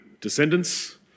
descendants